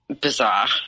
bizarre